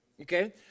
okay